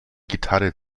gitarre